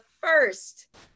first